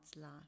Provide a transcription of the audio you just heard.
life